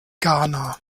ghana